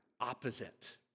opposite